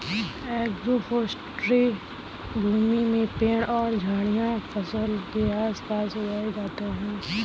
agroforestry भूमि में पेड़ और झाड़ियाँ फसल के आस पास उगाई जाते है